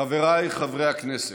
חבריי חברי הכנסת,